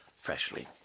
Freshly